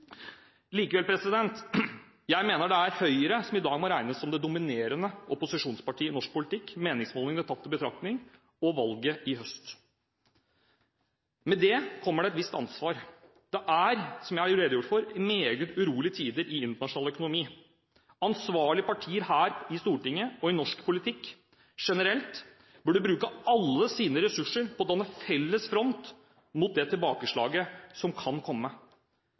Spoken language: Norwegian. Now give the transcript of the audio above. Likevel: Jeg mener det er Høyre som i dag må regnes som det dominerende opposisjonspartiet i norsk politikk – meningsmålingene og valget i høst tatt i betraktning. Med det kommer det et visst ansvar. Som jeg har redegjort for, er det meget urolige tider i internasjonal økonomi. Ansvarlige partier her i Stortinget og i norsk politikk generelt burde bruke alle sine ressurser på å danne felles front mot det tilbakeslaget som kan komme.